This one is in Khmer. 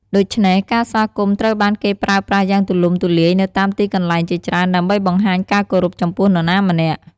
ដូច្នេះ ការស្វាគមន៍ត្រូវបានគេប្រើប្រាស់យ៉ាងទូលំទូលាយនៅតាមទីកន្លែងជាច្រើន ដើម្បីបង្ហាញការគោរពចំពោះនរណាម្នាក់។